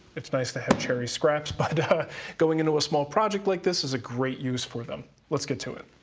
it's nice to have cherry scraps, but going into a small project like this is a great use for them. let's get to it.